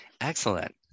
Excellent